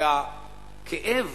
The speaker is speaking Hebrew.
והכאב